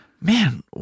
man